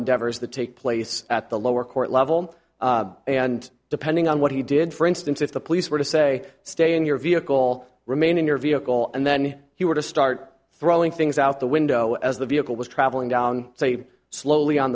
endeavors the take place at the lower court level and depending on what he did for instance if the police were to say stay in your vehicle remain in your vehicle and then he were to start throwing things out the window as the vehicle was traveling down so you slowly on